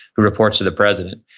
who reports to the president.